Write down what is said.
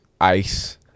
ice